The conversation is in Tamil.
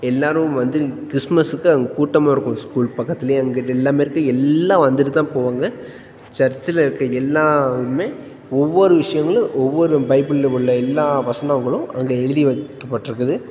எல்லோரும் வந்து கிறிஸ்மஸுக்கு அங்கே கூட்டமாக இருக்கும் ஸ்கூல் பக்கத்திலேயே அங்கிட்டு எல்லாம் இருக்குது எல்லாம் வந்துவிட்டு தான் போவாங்க சர்ச்சில் இருக்க எல்லோருமே ஒவ்வொரு விஷயங்களும் ஒவ்வொரு பைபிள்ல உள்ள எல்லா வசனங்களும் அங்கே எழுதி வைக்கப்பட்டிருக்குது